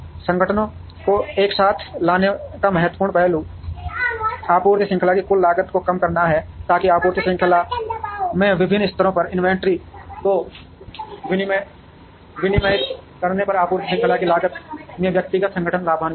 संगठनों को एक साथ लाने का महत्वपूर्ण पहलू आपूर्ति श्रृंखला की कुल लागत को कम करना है ताकि आपूर्ति श्रृंखला के विभिन्न स्तरों पर इन्वेंट्री को विनियमित करने पर आपूर्ति श्रृंखला की लागत से व्यक्तिगत संगठन लाभान्वित हों